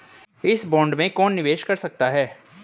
इस बॉन्ड में कौन निवेश कर सकता है?